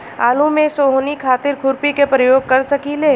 आलू में सोहनी खातिर खुरपी के प्रयोग कर सकीले?